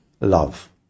love